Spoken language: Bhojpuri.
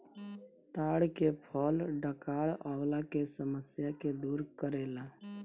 ताड़ के फल डकार अवला के समस्या के दूर करेला